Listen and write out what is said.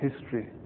history